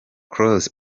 close